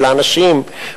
לאנשים,